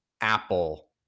Apple